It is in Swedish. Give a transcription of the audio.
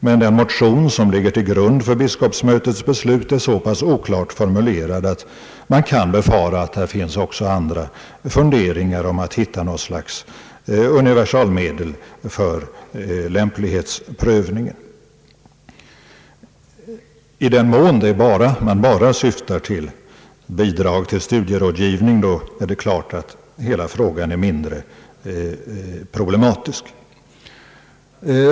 Men den motion som ligger till grund för biskopsmötets beslut är så pass oklart formulerad, att man kan befara att här också finns andra funderingar om att hitta något slags universalmedel för lämplighetsprövning. I den mån man bara syftar till ett bidrag till studierådgivningen är det klart att hela frågan är mindre problematisk.